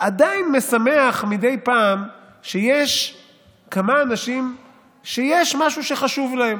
עדיין משמח מדי פעם שיש כמה אנשים שיש משהו שחשוב להם,